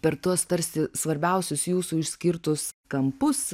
per tuos tarsi svarbiausius jūsų išskirtus kampus